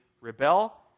rebel